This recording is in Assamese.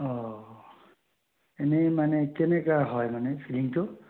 অঁ এনেই মানে কেনেকুৱা হয় মানে ফিলিংটো